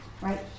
right